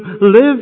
live